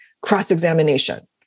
cross-examination